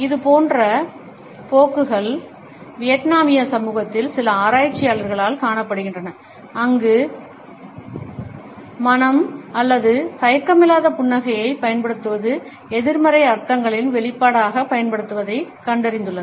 இதேபோன்ற போக்குகள் வியட்நாமிய சமூகத்தில் சில ஆராய்ச்சியாளர்களால் காணப்படுகின்றன அங்கு ம silence னம் அல்லது தயக்கமில்லாத புன்னகையைப் பயன்படுத்துவது எதிர்மறை அர்த்தங்களின் வெளிப்பாடாகப் பயன்படுத்தப்படுவதைக் கண்டறிந்துள்ளனர்